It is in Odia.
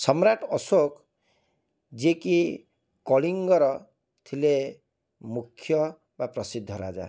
ସମ୍ରାଟ ଅଶୋକ ଯିଏ କି କଳିଙ୍ଗର ଥିଲେ ମୁଖ୍ୟ ବା ପ୍ରସିଦ୍ଧ ରାଜା